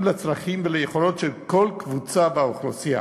לצרכים וליכולות של כל קבוצה באוכלוסייה.